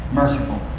merciful